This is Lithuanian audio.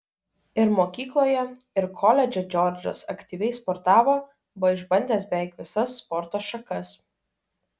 ir mokykloje ir koledže džordžas aktyviai sportavo buvo išbandęs beveik visas sporto šakas